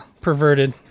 perverted